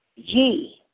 Ye